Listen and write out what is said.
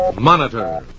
Monitor